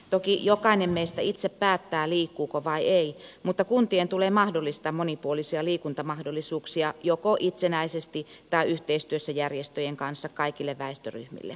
toki jokainen meistä itse päättää liikkuuko vai ei mutta kun tien tulee mahdollistaa monipuolisia liikuntamahdollisuuksia joko itsenäisesti tai yhteistyössä järjestöjen kanssa kaikille väestöryhmille